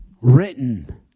Written